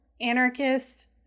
anarchist